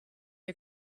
ihr